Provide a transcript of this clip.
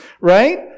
right